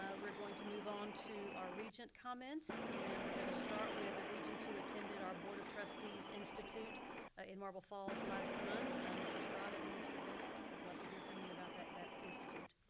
ah we're going to move on to our regent comments. and we're gonna start with the regents who attended our board of trustees institute ah in marble falls last month. ms. estrada and mr. bennett we'd love to hear from you about that that institute.